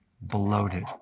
bloated